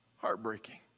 Heartbreaking